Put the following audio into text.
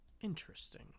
Interesting